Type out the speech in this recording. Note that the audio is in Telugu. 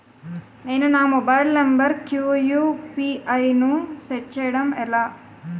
నేను నా మొబైల్ నంబర్ కుయు.పి.ఐ ను సెట్ చేయడం ఎలా?